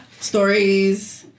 Stories